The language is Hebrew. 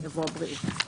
יבוא "הבריאות".